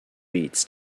reeds